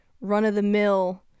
run-of-the-mill